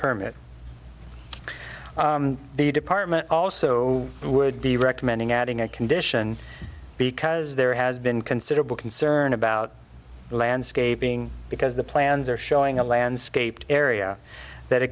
permit the department also would be recommending adding a condition because there has been considerable concern about the landscaping because the plans are showing a landscape area that a